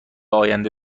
آینده